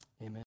amen